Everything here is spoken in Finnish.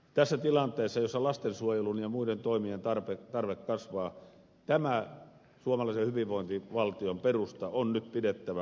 tässä tilanteessa jossa lastensuojelu ja muiden toimien tarve kasvaa tämä suomalaisen hyvinvointivaltion perusta on nyt pidettävä kunnossa